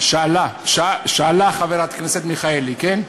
שאלה חברת הכנסת מיכאלי, כן?